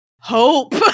hope